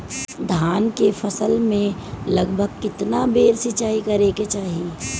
धान के फसल मे लगभग केतना बेर सिचाई करे के चाही?